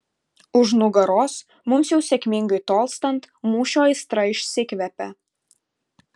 už nugaros mums jau sėkmingai tolstant mūšio aistra išsikvepia